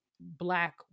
Black